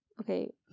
Okay